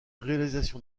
réalisation